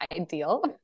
ideal